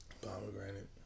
Pomegranate